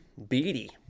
Beatty